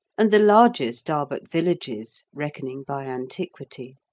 and the largest are but villages, reckoning by antiquity.